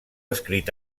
escrit